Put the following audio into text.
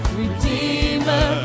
redeemer